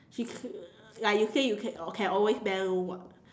she like you say can can always bank what